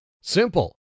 Simple